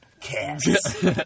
Cats